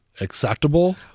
acceptable